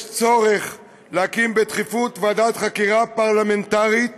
יש צורך להקים בדחיפות ועדת חקירה פרלמנטרית